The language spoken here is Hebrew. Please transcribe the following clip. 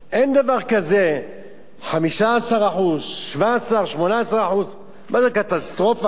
אין דבר כזה 15%, 17% 18%. מה זה, קטסטרופה.